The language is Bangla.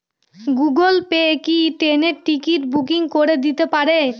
গুগল পে কি ট্রেনের টিকিট বুকিং করে দিতে পারে?